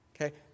Okay